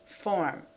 form